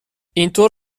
اینطور